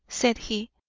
said he.